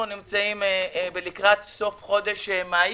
אנחנו נמצאים לקראת סוף חודש מאי